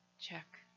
check